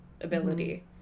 ability